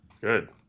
Good